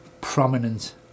prominent